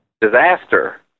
disaster